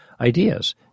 ideas